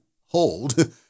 hold